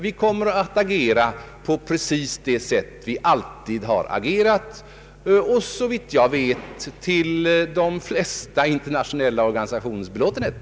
Vi kommer att agera på precis det sätt vi alltid har agerat, och gjort detta, såvitt jag vet, till de flesta internationella organisationers belåtenhet.